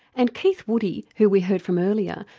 and keith woody, who we heard from earlier,